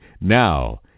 Now